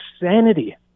insanity